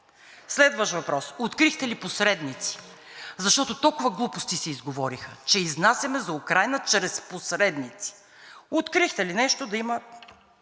Следващ въпрос: открихте ли посредници, защото толкова глупости се изговориха, че изнасяме за Украйна чрез посредници? Открихте ли нещо да има